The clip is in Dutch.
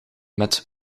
met